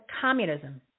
communism